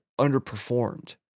underperformed